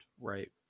right